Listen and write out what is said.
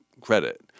credit